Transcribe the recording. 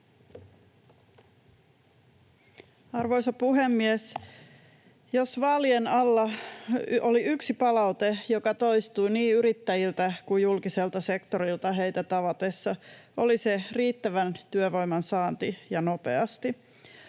Arvoisa puhemies! Jos vaalien alla oli yksi palaute, joka toistui niin yrittäjiltä kuin julkiselta sektorilta heitä tavatessa, oli se riittävän työvoiman saanti ja nopeasti.